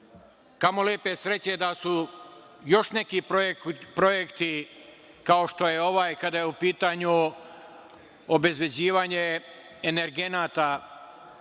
Kamo lepe sreće da su još neki projekti, kao što je ovaj, kada je u pitanju obezbeđivanje energenata,